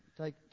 take